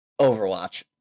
overwatch